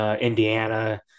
Indiana